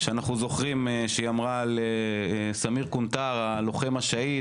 שאנחנו זוכרים שהיא אמרה על סמיר קונטאר הלוחם השאהיד